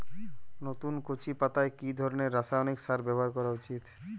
নতুন কচি পাতায় কি ধরণের রাসায়নিক সার ব্যবহার করা উচিৎ?